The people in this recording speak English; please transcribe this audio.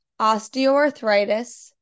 osteoarthritis